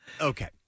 Okay